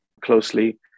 closely